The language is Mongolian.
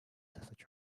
засаж